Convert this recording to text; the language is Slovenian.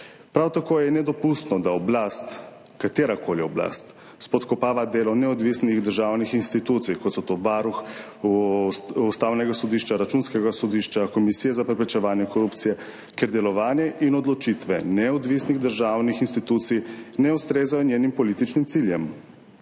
Prav tako je nedopustno, da oblast, katerakoli oblast, spodkopava delo neodvisnih državnih institucij, kot so Varuh, Ustavno sodišče, Računsko sodišče, Komisija za preprečevanje korupcije, ker delovanje in odločitve neodvisnih državnih institucij ne ustrezajo njenim političnim ciljem.